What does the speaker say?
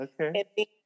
Okay